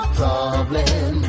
problem